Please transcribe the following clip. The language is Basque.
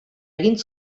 egin